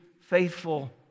faithful